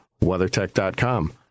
WeatherTech.com